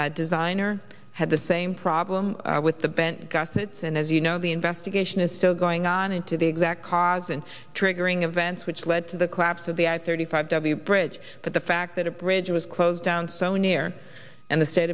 same designer had the same problem with the bent gussets and as you know the investigation is still going on into the exact cause and triggering events which led to the collapse of the i thirty five w bridge but the fact that a bridge was closed down so near and the state